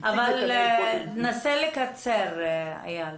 אבל נסה לקצר, איל,